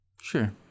Sure